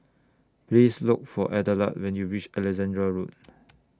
Please Look For Adelard when YOU REACH Alexandra Road